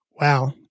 wow